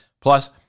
Plus